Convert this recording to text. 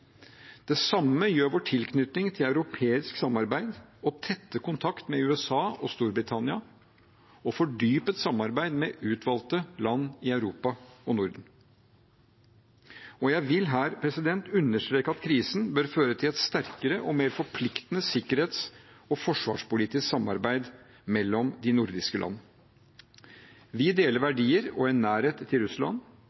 Det samme gjør vår nære tilknytning til europeisk samarbeid og tette kontakt med USA, Storbritannia og fordypet samarbeid med utvalgte land i Europa og Norden. Jeg vil her understreke at krisen bør føre til et sterkere og mer forpliktende sikkerhets- og forsvarspolitisk samarbeid mellom de nordiske landene. Vi deler